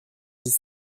dix